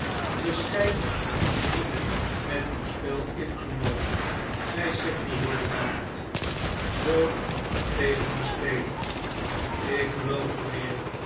niet met uw spel ingenomen zei sydney heel bedaard zult ge tegen me spelen ik geloof mijnheer